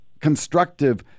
constructive